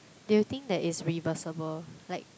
they will think that is reversible like